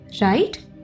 right